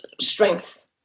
strength